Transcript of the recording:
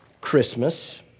Christmas